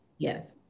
Yes